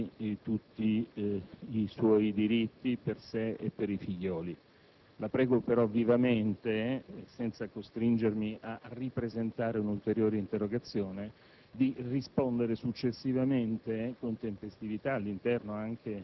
la tempestività con cui sarebbero stati corrisposti alla vedova Raciti tutti i suoi diritti, per sé e per i suoi figlioli. La prego però vivamente, senza costringermi a ripresentare un'ulteriore interrogazione,